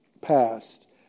passed